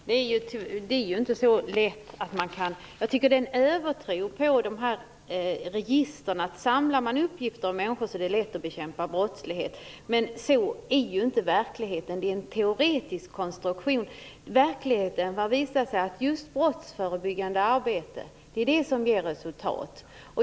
Herr talman! Så lätt är det väl inte! Jag tycker att man har en övertro på sådana här register om man tror att det är lätt att bekämpa brottsligheten genom att samla in uppgifter om människor. Så är det ju inte i verkligheten, utan detta är en teoretisk konstruktion. I verkligheten har det ju visat sig att just brottsförebyggande arbete ger resultat.